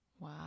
Wow